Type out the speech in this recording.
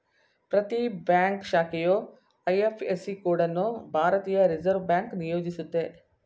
ಪ್ರತಿ ಬ್ಯಾಂಕ್ ಶಾಖೆಯು IFSC code ಅನ್ನು ಭಾರತೀಯ ರಿವರ್ಸ್ ಬ್ಯಾಂಕ್ ನಿಯೋಜಿಸುತ್ತೆ